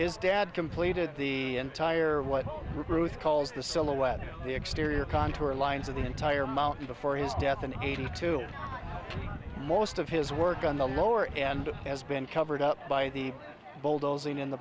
his dad completed the entire what ruth calls the silhouette the exterior contour lines of the entire mountain before his death and eighty two most of his work on the lower end has been covered up by the bulldozing in